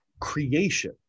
creation